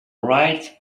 right